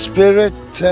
Spirit